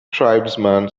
tribesman